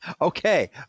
okay